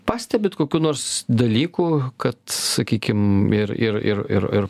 pastebit kokių nors dalykų kad sakykim ir ir ir ir ir